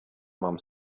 mam